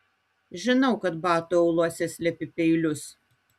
žinau kad batų auluose slepi peilius